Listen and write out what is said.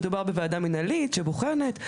מדובר בוועדה מנהלית שבוחנת.